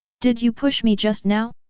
did you push me just now?